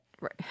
Right